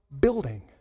building